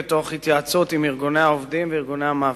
ותוך התייעצות עם ארגוני העובדים וארגוני המעבידים.